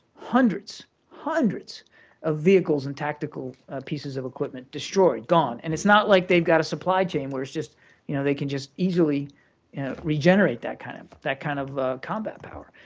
hundreds hundreds of vehicles and tactical pieces of equipment destroyed, gone. and it's not like they've got a supply chain where it's just you know they can just easily regenerate that kind of that kind of combat power.